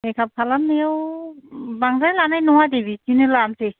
makeup खालामनायाव बांद्राय लानाय नङा दे बिदिनो लानोसै